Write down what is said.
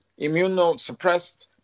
immunosuppressed